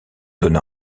donna